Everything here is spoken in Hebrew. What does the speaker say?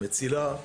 מציל"ה,